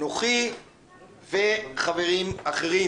אנוכי וחברים אחרים